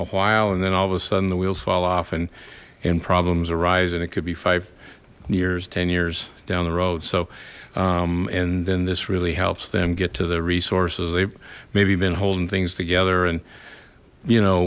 a while and then all of a sudden the wheels fall off and in problems arise and it could be five years ten years down the road so and then this really helps them get to the resources they've maybe been holding things together and you know